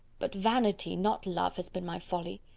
but vanity, not love, has been my folly.